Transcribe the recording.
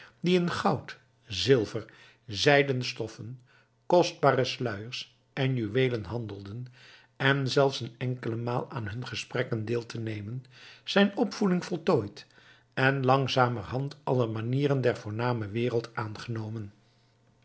die in goud zilver zijden stoffen kostbare sluiers en juweelen handelden en zelfs een enkele maal aan hun gesprekken deel te nemen zijn opvoeding voltooid en langzamerhand alle manieren der voorname wereld aangenomen